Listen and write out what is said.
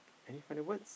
any final words